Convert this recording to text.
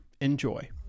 Enjoy